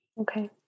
Okay